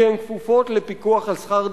כי הן כפופות לפיקוח על שכר דירה,